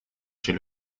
chez